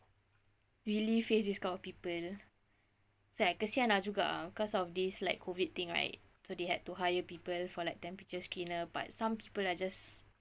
really face this kind of people like kesian ah juga cause of this like COVID thing right so they had to hire people for like temperature screener but some people are just